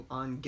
on